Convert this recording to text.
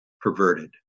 perverted